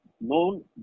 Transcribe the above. known